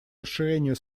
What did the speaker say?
расширению